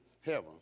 heaven